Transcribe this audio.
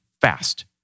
fast